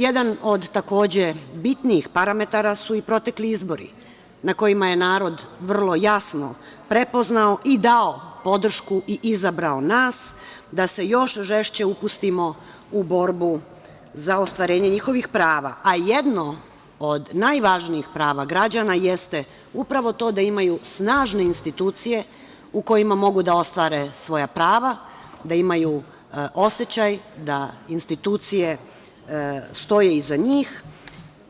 Jedan od, takođe, bitnijih parametara su i protekli izbori na kojima je narod vrlo jasno prepoznao i dao podršku i izabrao nas da se još žešće upustimo u borbu za ostvarenje njihovih prava, a jedno od najvažnijih prava građana jeste upravo to da imaju snažne institucije u kojima mogu da ostvare svoja prava, da imaju osećaj da institucije stoje iza njih,